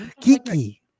kiki